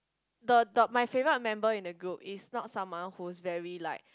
the the my favourite member in the group is not someone who's very like